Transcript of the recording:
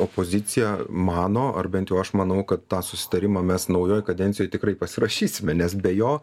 opozicija mano ar bent jau aš manau kad tą susitarimą mes naujoj kadencijoj tikrai pasirašysime nes be jo